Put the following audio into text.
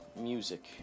music